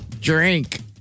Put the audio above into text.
Drink